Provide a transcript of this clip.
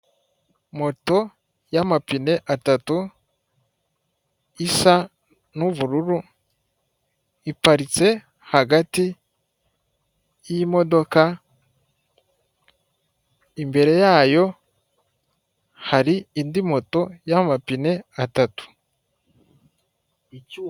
Moto y'amapine atatu isa n'ubururu ipatitse hagati y'imodoka imbere yayo hari indi moto y'amapine atatu.